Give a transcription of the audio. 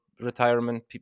Retirement